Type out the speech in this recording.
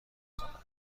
کنند